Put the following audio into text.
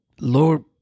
Lord